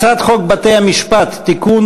הצעת חוק בתי-המשפט (תיקון,